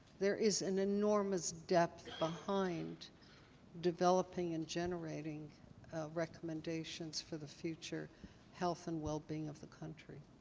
there is an enormous depth behind developing and generating recommendations for the future health and well-being of the country.